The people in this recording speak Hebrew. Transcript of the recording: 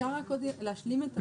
אפשר רק להשלים את המשפט?